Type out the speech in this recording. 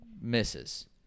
misses